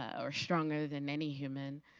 or stronger than any human,